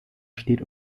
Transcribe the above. steht